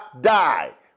die